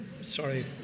Sorry